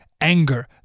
anger